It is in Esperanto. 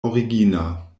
origina